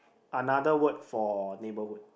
another word for neighborhood